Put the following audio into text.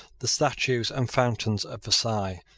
the statues and fountains of versailles.